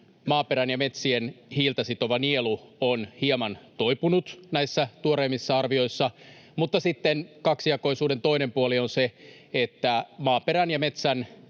maaperän ja metsien hiiltä sitova nielu on hieman toipunut näissä tuoreimmissa arvioissa, mutta sitten kaksijakoisuuden toinen puoli on se, että maaperän ja metsän